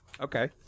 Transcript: Okay